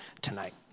tonight